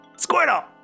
Squirtle